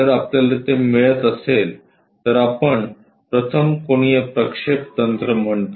जर आपल्याला ते मिळत असेल तर आपण प्रथम कोनीय प्रक्षेप तंत्र म्हणतो